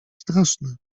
straszne